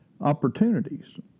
opportunities